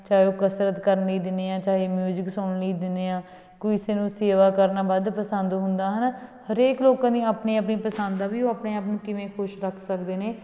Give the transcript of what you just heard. ਚਾਹੇ ਉਹ ਕਸਰਤ ਕਰਨ ਲਈ ਦਿੰਦੇ ਹਾਂ ਚਾਹੇ ਮਿਊਜਿਕ ਸੁਣਨ ਲਈ ਦਿੰਦੇ ਹਾਂ ਕਿਸੇ ਨੂੰ ਸੇਵਾ ਕਰਨਾ ਵੱਧ ਪਸੰਦ ਹੁੰਦਾ ਹੈ ਨਾ ਹਰੇਕ ਲੋਕਾਂ ਦੀ ਆਪਣੀ ਆਪਣੀ ਪਸੰਦ ਆ ਵੀ ਉਹ ਆਪਣੇ ਆਪ ਨੂੰ ਕਿਵੇਂ ਖੁਸ਼ ਰੱਖ ਸਕਦੇ ਨੇ